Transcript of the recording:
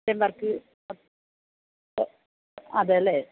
kitchen work അതല്ലേ